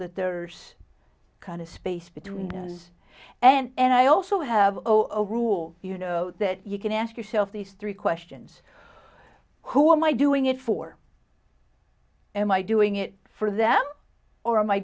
that there's kind of space between those and i also have a rule you know that you can ask yourself these three questions who am i doing it for am i doing it for them or am i